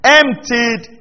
emptied